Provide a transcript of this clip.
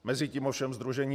Mezitím ovšem sdružení